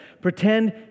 Pretend